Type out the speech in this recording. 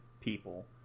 people